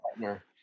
partner